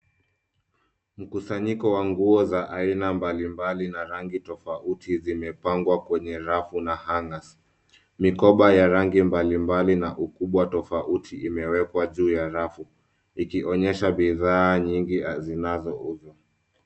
Mkusanyiko wa nguo za aina mbalimbali na rangi tofauti zimepangwa kwenye rafu na hangers . Mikoba ya rangi mbalimbali na ukubwa tofauti imewekwa juu ya rafu ikionyesha bidhaa nyingi zinazouzwa.